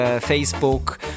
Facebook